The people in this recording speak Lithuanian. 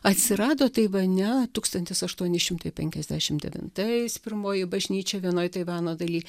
atsirado taivane tūkstantis aštuoni šimtai penkiasdešim devintais pirmoji bažnyčia vienoj taivano daly